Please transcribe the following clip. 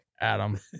Adam